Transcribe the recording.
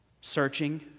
searching